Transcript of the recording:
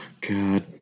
God